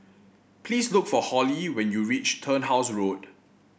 please look for Holly when you reach Turnhouse Road